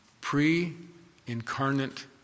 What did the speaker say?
Pre-incarnate